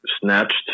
snatched